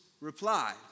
replied